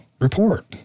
report